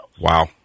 Wow